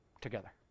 together